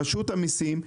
רשות המסים,